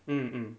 mm mm